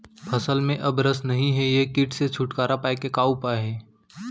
फसल में अब रस नही हे ये किट से छुटकारा के उपाय का हे?